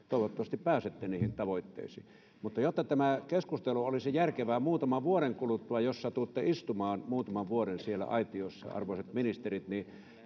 toivottavasti pääsette niihin tavoitteisiin jotta tämä keskustelu olisi järkevää muutaman vuoden kuluttua jos satutte istumaan muutaman vuoden siellä aitiossa arvoisat ministerit niin